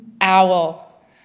owl